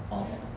through